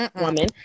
woman